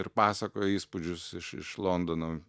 ir pasakojo įspūdžius iš iš londono